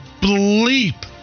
Bleep